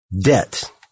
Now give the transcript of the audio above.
debt